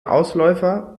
ausläufer